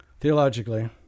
Theologically